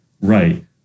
Right